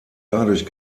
dadurch